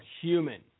human